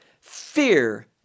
fear